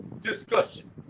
discussion